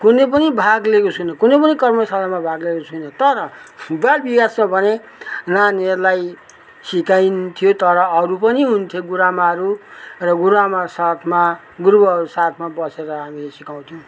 कुनै पनि भाग लिएको छैन कुनै पनि कवि सम्मेलनमा भाग लिएको छैन तर कति याद छ भने नानीहरूलाई सिकाइन्थ्यो तर अरू पनि हुन्थ्यो गुरुआमाहरू र गुरुआमाको साथमा गुरुबाउहरू साथमा बसेर हामीले सिकाउँथ्यौँ